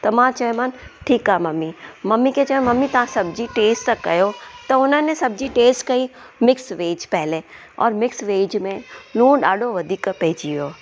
त मां चयोमानि ठीकु आहे ममी ममी खे चयो ममी तव्हां सब्जी टेस्ट त कयो त उन्हनि सब्जी टेस्ट कई मिक्स वेज पहले और मिक्स वेज में लूणु ॾाढो वधीक पइजी वियो